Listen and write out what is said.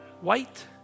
White